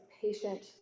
patient